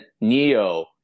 Neo